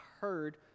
heard